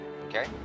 Okay